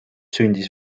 sündis